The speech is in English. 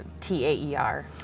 TAER